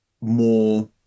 more